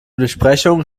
besprechungen